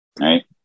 right